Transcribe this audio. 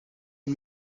une